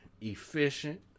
efficient